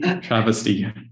Travesty